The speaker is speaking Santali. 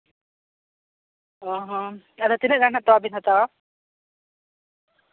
ᱚᱸᱻ ᱦᱚᱸ ᱟᱫᱚ ᱛᱤᱱᱟᱹᱜ ᱜᱟᱱ ᱦᱟᱸᱜ ᱛᱳᱣᱟ ᱵᱤᱱ ᱦᱟᱛᱟᱣᱟ